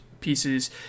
pieces